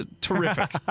terrific